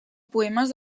poemes